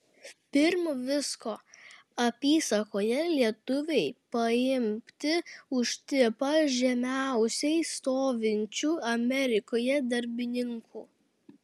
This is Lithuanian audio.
pirm visko apysakoje lietuviai paimti už tipą žemiausiai stovinčių amerikoje darbininkų